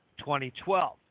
2012